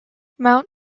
mount